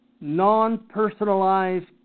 non-personalized